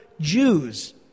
Jews